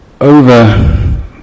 over